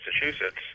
Massachusetts